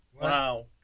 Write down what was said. Wow